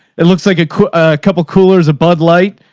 it looks like a couple of coolers, a bud light.